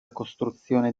costruzione